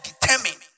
determine